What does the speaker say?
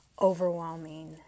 overwhelming